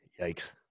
Yikes